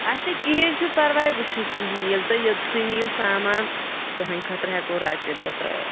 اچھا کِہیٖنۍ چھُنہٕ پَرواے وٕچھُو کِہیٖنۍ ییٚلہِ تُہۍ یوٚتسٕے نِیو سامان تُہَنٛدۍ خٲطرٕ ہیٚکو رۄپیہِ دہ ترٛٲیِتھ